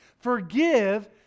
forgive